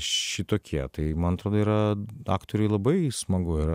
šitokie tai man atrodo yra aktoriui labai smagu yra